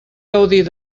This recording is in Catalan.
gaudir